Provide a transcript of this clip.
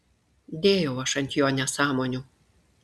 dėjau aš ant jo nesąmonių